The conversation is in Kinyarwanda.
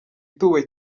ituwe